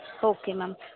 okay ma'am